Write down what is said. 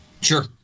Sure